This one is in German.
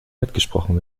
mitgesprochen